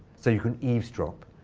so you can eavesdrop.